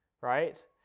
right